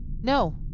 No